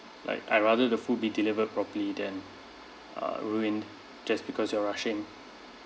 like I rather the food be delivered properly than err ruined just because you are rushing